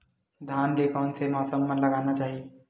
धान ल कोन से मौसम म लगाना चहिए?